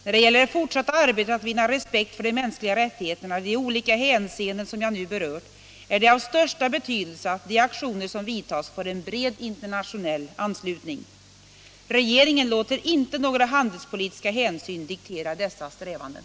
När det gäller det fortsatta arbetet att vinna respekt för de mänskliga rättigheterna i de olika hänseenden som jag nu berört, är det av största betydelse att de aktioner som vidtas får en bred internationell anslutning. Regeringen låter inte några handelspolitiska hänsyn diktera dessa strävanden.